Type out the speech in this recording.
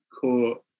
court